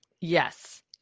Yes